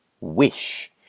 wish